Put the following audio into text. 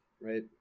right